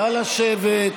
נא לשבת.